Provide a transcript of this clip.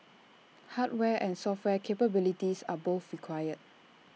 hardware and software capabilities are both required